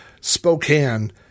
Spokane